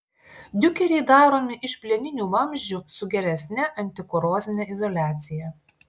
diukeriai daromi iš plieninių vamzdžių su geresne antikorozine izoliacija